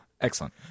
Excellent